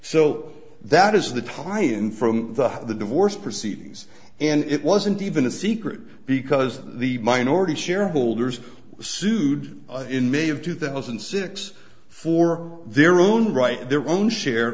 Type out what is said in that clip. so that is the tion from the height of the divorce proceedings and it wasn't even a secret because the minority shareholders sued in may of two thousand and six for their own right their own share